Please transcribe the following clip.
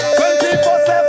24-7